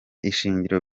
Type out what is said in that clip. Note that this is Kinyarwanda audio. ishingiro